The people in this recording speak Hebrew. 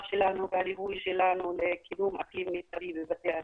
שלנו והליווי שלנו לקידום אקלים מיטבי בבתי הספר.